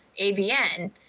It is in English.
AVN